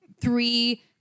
Three